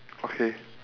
okay